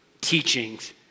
teachings